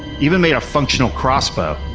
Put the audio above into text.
even made a functional crossbow.